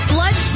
Blood